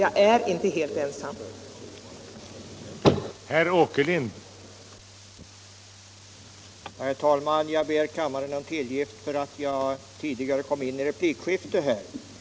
Jag är inte helt ensam om min inställning.